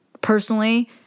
personally